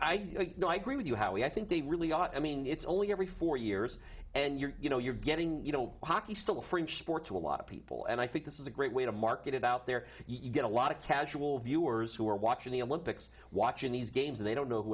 injury no i agree with you how i think they really ought i mean it's only every four years and you're you know you're getting you know hockey still french sport to a lot of people and i think this is a great way to market it out there you get a lot of casual viewers who are watching the olympics watching these games and they don't know